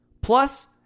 Plus